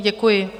Děkuji.